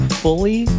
fully